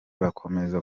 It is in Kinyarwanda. bakomeza